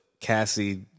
Cassie